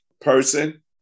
person